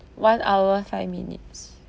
one hour five minutes